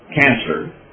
cancer